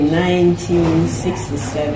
1967